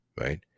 Right